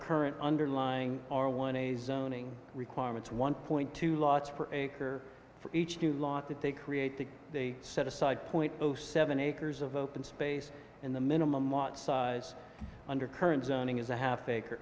current underlying r one a zoning requirements one point two lots per acre for each new lot that they create that they set aside point zero seven acres of open space in the minimum lot size under current zoning is a half acre